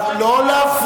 פולשים, לא להפריע.